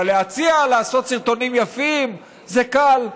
אבל להציע, לעשות סרטונים יפים, זה קל.